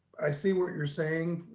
i see what you're saying,